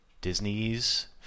Disney's